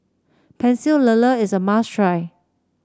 Pecel Lele is a must try